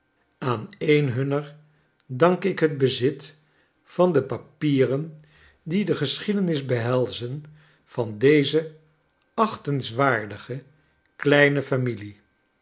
aan een hunner dank ik het bezit van de papieren die de geschiedenis behelzen van deze achtenswaardige kleine families